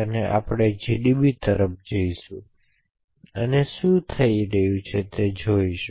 અને આપણે જીડીબી તરફ પણ જોશું અને શું થઈ રહ્યું છે તે બરાબર જોશું